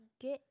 Get